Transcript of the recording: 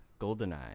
Goldeneye